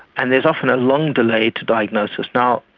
and there is often a long delay to diagnosis. now,